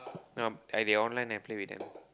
um they online then I play with them